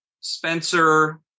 Spencer